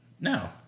No